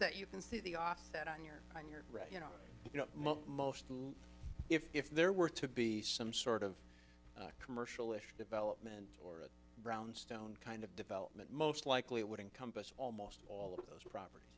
that you can see the offset on your on your right you know you know most if there were to be some sort of commercial ish development a brownstone kind of development most likely would encompass almost all of those propert